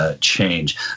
change